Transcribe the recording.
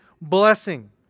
blessing